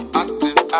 active